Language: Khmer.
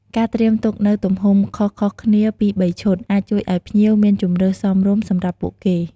ការត្រៀមទុកនូវទំហំខុសៗគ្នាពីរបីឈុត អាចជួយឲ្យភ្ញៀវមានជម្រើសសមរម្យសម្រាប់ពួកគេ។